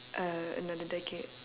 uh another decade